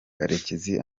karekezi